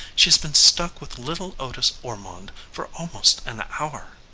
she's been stuck with little otis ormonde for almost an hour.